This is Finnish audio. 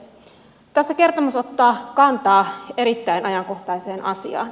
tässä kertomus ottaa kantaa erittäin ajankohtaiseen asiaan